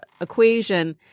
equation